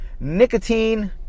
Nicotine